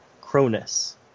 Cronus